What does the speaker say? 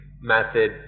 method